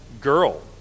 girl